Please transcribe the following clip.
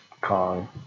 Kong